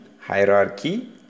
hierarchy